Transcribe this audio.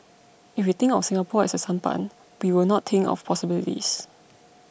if we think of Singapore as a sampan we will not think of possibilities